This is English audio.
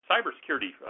Cybersecurity